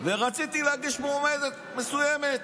ורציתי להגיש מועמדת מסוימת.